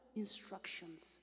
instructions